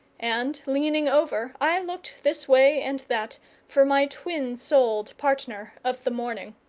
and leaning over i looked this way and that for my twin-souled partner of the morning.